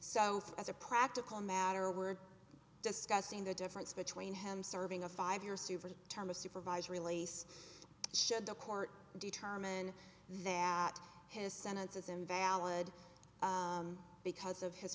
so as a practical matter we're discussing the difference between him serving a five year super term a supervised release should the court determine that his sentence is invalid because of his